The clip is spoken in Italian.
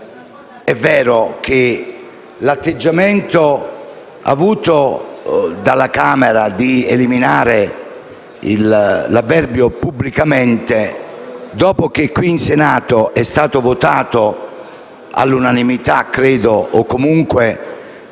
Vero è che l'atteggiamento avuto dalla Camera nell'eliminare l'avverbio «pubblicamente» - dopo che qui in Senato è stato votato forse all'unanimità, o comunque